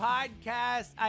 Podcast